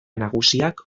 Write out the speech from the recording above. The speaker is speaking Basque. nagusiak